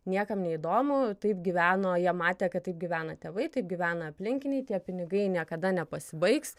niekam neįdomu taip gyveno jie matė kad taip gyvena tėvai taip gyvena aplinkiniai tie pinigai niekada nepasibaigs